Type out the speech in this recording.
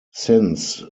since